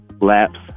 Laps